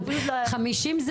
חמישים זה